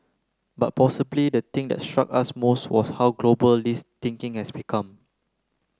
but possibly the thing that struck us most was how global this thinking has become